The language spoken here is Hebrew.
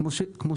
נכון.